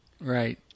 Right